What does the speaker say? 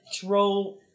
throw